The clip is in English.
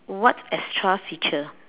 what extra feature